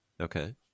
Okay